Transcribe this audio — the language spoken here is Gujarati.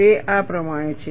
તે આ પ્રમાણે છે